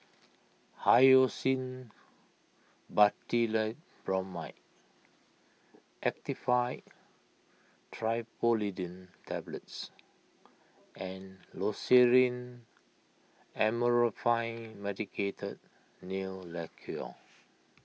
Hyoscine Butylbromide Actifed Triprolidine Tablets and Loceryl Amorolfine Medicated Nail Lacquer